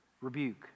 rebuke